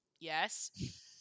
yes